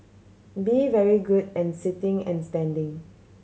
be very good and sitting and standing